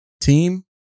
team